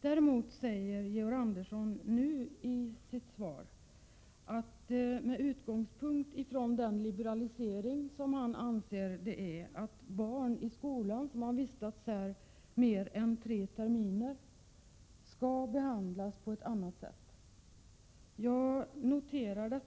Däremot hänvisar Georg Andersson i sin kommentar till den liberalisering som han anser att det är att ett barn som gått i skolan här under mer än tre terminer skall behandlas på ett annat sätt. Jag noterar